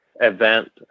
event